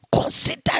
Consider